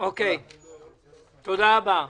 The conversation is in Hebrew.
תודה רבה.